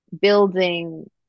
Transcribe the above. building